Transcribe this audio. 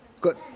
Good